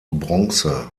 bronze